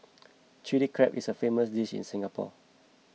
Chilli Crab is a famous dish in Singapore